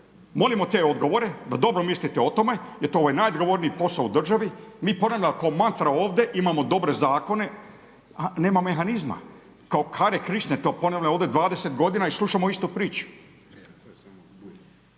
Molimo te odgovore da dobro mislite o tome jer to je najodgovorniji posao u državi. Mi ponovo ko mantra ovdje, imamo dobre zakone a nema mehanizma ko Hare Krišna to ponavlja ovde 20 godina i slušamo istu priču.